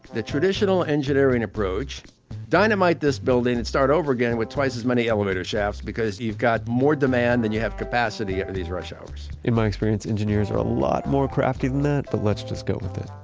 the traditional engineering approach dynamite this building and start over again with twice as many elevator shafts because you've got more demand than you have capacity in these rush hours in my experience, engineers are a lot more crafty than that, but let's just go with it